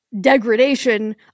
degradation